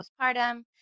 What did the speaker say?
postpartum